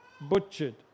butchered